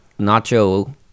nacho